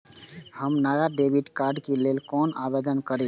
हम नया debit card के लल कौना आवेदन करि?